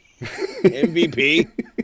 MVP